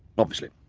obviously,